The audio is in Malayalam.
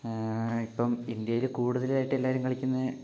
ഇപ്പം ഇന്ത്യയില് കൂടുതലായിട്ട് എല്ലാവരും കളിക്കുന്നത്